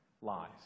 lies